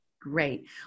Great